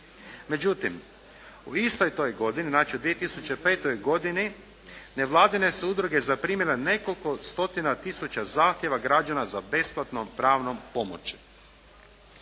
Međutim, u istoj toj godini, znači u 2005. godini nevladine su udruge zaprimile nekoliko stotina, tisuća zahtjeva građana za besplatnom pravnom pomoći.